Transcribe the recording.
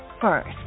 first